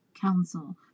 council